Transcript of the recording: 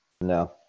No